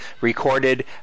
Recorded